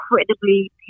incredibly